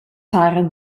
paran